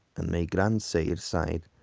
and my grandsire said,